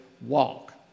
walk